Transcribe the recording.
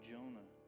Jonah